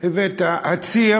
הציר